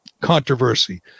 controversy